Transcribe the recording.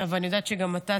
ואני יודעת שגם אתה תגיד,